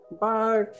bye